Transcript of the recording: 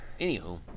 Anywho